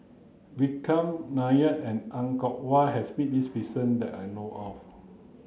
Vikram Nair and Er Kwong Wah has met this that I know of